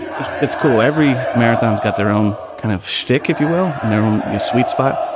it's it's cool. every marathon has got their own kind of shtick, if you will. no, your sweet spot.